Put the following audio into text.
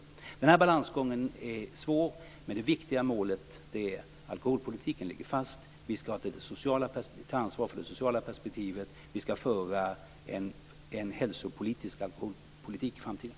Den här balansgången är svår. Det viktiga målet är att alkoholpolitiken ligger fast, att vi skall ta ansvar för det sociala perspektivet och att vi skall föra en hälsoinriktad alkoholpolitik i framtiden.